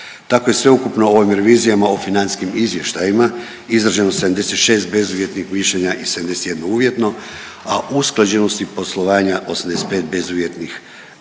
Tako je sveukupno u ovim revizijama o financijskim izvještajima izrađeno 76 bezuvjetnih mišljenja i 71 uvjetno, a usklađenosti poslovanja 85 bezuvjetnih,